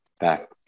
back